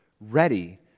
ready